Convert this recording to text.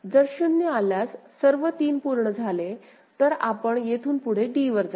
जर 0 आल्यास सर्व 3 पूर्ण झाले तर आपण येथून पुढे d वर जाऊ